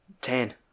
ten